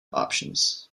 options